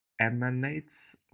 emanates